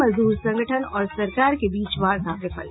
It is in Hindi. मजदूर संगठन और सरकार के बीच वार्ता विफल